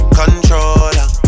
controller